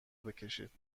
بکشید